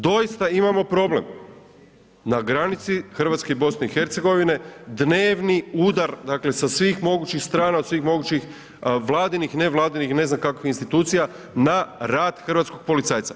Doista imamo problem na granici Hrvatske i BIH, dnevni udar, dakle, sa svih mogućih strana, od svih mogućih vladinih i nevladinih i ne znam kakvih institucija na rad hrvatskog policajca.